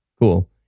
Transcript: cool